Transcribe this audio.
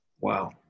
Wow